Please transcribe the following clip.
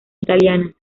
italianas